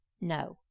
No